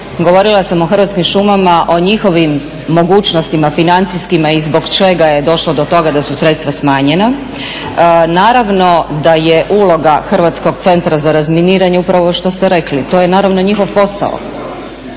Govorila sam o Hrvatskim šumama, o njihovim mogućnostima financijskim i zbog čega je došlo do toga da su sredstva smanjena. Naravno da je uloga Hrvatskog centra za razminiranje upravo ovo što ste rekli. To je naravno njihov posao.